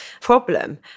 problem